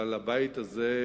אבל הבית הזה,